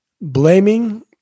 Blaming